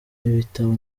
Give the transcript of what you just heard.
ibitabo